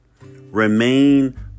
Remain